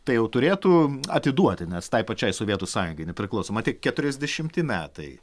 tai jau turėtų atiduoti nes tai pačiai sovietų sąjungai nepriklausoma tik keturiasdešimti metai